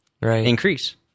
increase